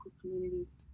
communities